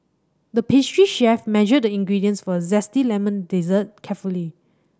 the pastry chef measured the ingredients for a zesty lemon dessert carefully